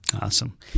Awesome